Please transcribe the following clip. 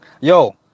Yo